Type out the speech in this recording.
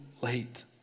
late